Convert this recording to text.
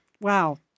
Wow